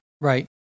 Right